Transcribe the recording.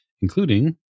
including